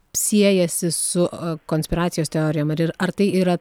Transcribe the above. siejasi su konspiracijos teorijom ir ar tai yra